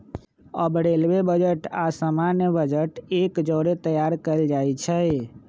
अब railway budget आऽ सामान्य बजट एक जौरे तइयार कएल जाइ छइ